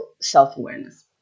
self-awareness